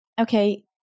okay